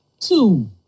Two